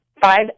five